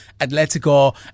Atletico